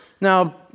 Now